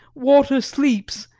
water sleeps,